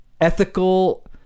ethical